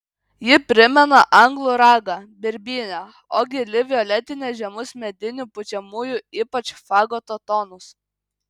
ji primena anglų ragą birbynę o gili violetinė žemus medinių pučiamųjų ypač fagoto tonus